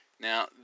Now